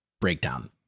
breakdown